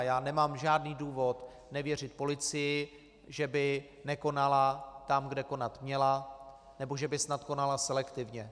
Já nemám žádný důvod nevěřit policii, že by nekonala tam, kde konat měla, nebo že by snad konala selektivně.